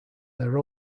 their